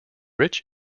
rich